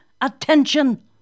attention